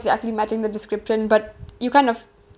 exactly matching the description but you kind of